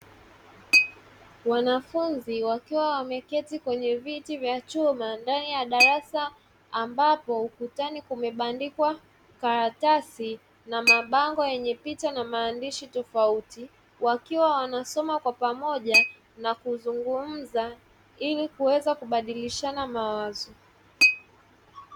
Wanafunzi wakiwa wameketi kwenye viti vya chuma, ndani ya darasa ambapo ukutani kumebandikwa karatasi na mabango yenye picha na maandishi tofauti, wakiwa wanasoma kwa pamoja na kuzungumza ili kuweza kubadilishana mawazo.